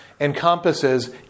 encompasses